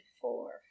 four